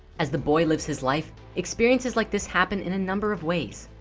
as the boy lives his life experiences like this happened in a number of ways.